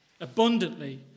abundantly